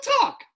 talk